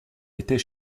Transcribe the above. était